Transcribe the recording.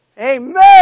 Amen